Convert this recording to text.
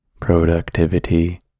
productivity